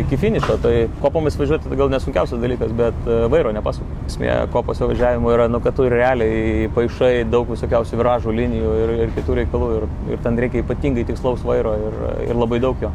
iki finišo tai kopomis važiuot gal ne sunkiausias dalykas bet vairo nepas smėlio kopose važiavimo yra nu kad tu ir realiai paišai daug visokiausių viražų linijų ir ir kitų reikalų ir ten reikia ypatingai tikslaus vairo ir ir labai daug jo